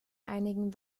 einigen